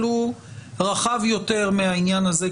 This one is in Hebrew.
אבל הוא רחב יותר מהעניין הזה,